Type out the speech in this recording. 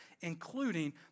including